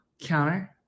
counter